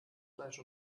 fleisch